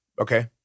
okay